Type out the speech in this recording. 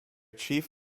chief